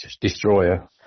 Destroyer